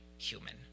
human